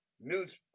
news